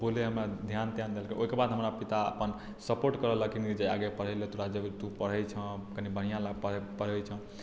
बोले हमरा ध्यान त्यान देलकै ओहिकेँ बाद पिता हमरा अपन सपोर्ट करऽ लागल कि नहि आगे पढै लऽ देबौ तू पढै छें कनी बढ़ियाॅं पढै छें